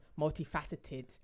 multifaceted